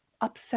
upset